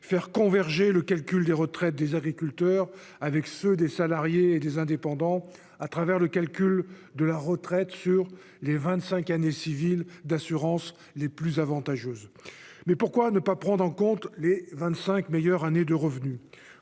faire converger le régime de retraite des agriculteurs et ceux des salariés et des indépendants au travers du calcul de la pension sur les vingt-cinq années civiles d'assurance les plus avantageuses. Toutefois, pourquoi ne pas prendre en compte les vingt-cinq meilleures années de revenus ?